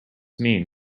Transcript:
mean